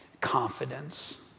confidence